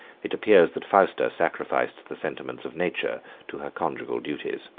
it appears that fausta sacrificed the sentiments of nature to her conjugal duties.